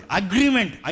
agreement